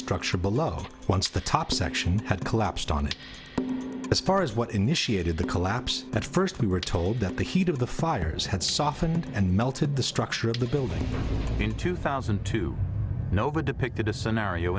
structure below once the top section had collapsed on as far as what initiated the collapse but first we were told that the heat of the fires had softened and melted the structure of the building in two thousand and two no but depicted a scenario